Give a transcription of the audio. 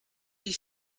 wie